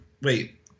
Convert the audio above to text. wait